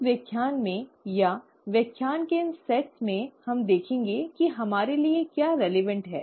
इस व्याख्यान में या व्याख्यान के इन सेटों में हम देखेंगे कि हमारे लिए क्या प्रासंगिक है